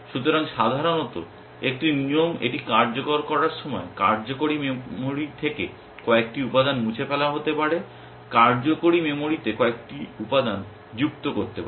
সুতরাং সাধারণত একটি নিয়ম এটি কার্যকর করার সময় কার্যকারী মেমরি থেকে কয়েকটি উপাদান মুছে ফেলা হতে পারে কার্যকারী মেমরিতে কয়েকটি উপাদান যুক্ত করতে পারে